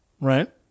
Right